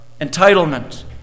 entitlement